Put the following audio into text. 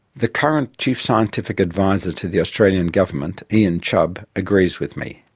the current chief scientific adviser to the australian government, ian chubb, agrees with me.